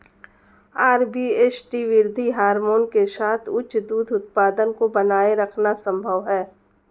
RBST वृद्धि hormone के साथ उच्च दूध उत्पादन को बनाए रखना संभव है